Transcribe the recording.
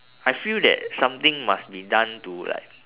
I feel that something must be done to like